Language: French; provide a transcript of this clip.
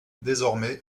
désormais